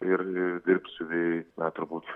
ir dirbs siuvėjai na turbūt